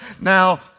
now